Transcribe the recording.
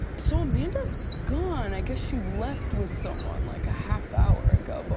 so amanda's gone, i guess she left with someone like a half hour ago, but